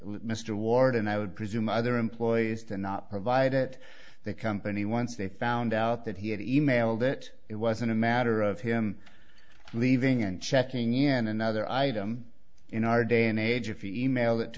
with mr ward and i would presume other employees to not provide it that company once they found out that he had e mailed it it wasn't a matter of him leaving and checking in another item in our day and age if you email it to